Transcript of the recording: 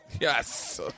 Yes